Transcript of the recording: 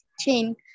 chain